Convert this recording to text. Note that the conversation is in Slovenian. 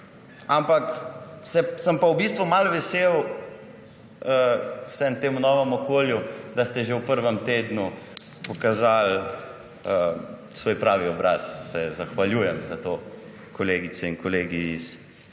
čuden. Sem pa v bistvu malo vesel v vsem tem novem okolju, da ste že v prvem tednu pokazali svoj pravi obraz. Se zahvaljujem za to, kolegice in kolegi iz